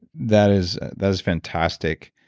that is that is fantastic.